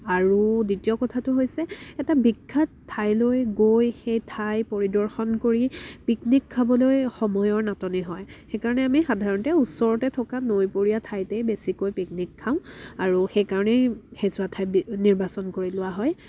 আৰু দ্বিতীয় কথাটো হৈছে এটা বিখ্যাত ঠাইলৈ গৈ সেই ঠাই পৰিদৰ্শন কৰি পিকনিক খাবলৈ সময়ৰ নাটনি হয় সেই কাৰণে আমি সাধাৰণতে ওচৰতে থকা নৈপৰীয়া ঠাইতে বেছিকৈ পিকনিক খাওঁ আৰু সেই কাৰণেই সেইচোৱা ঠাই বি নিৰ্বাচন কৰি লোৱা হয়